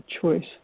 choice